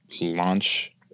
launch